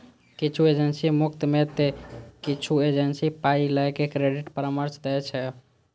किछु एजेंसी मुफ्त मे तं किछु एजेंसी पाइ लए के क्रेडिट परामर्श दै छै